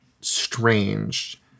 strange